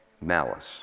Malice